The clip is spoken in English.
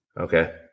Okay